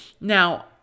Now